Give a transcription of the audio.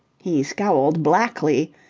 he scowled blackly,